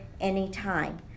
anytime